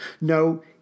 No